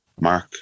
Mark